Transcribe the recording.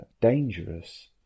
dangerous